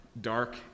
dark